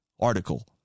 article